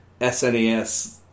SNES